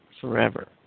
forever